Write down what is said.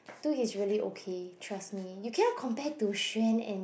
two years really okay trust me you cannot compare to Sean and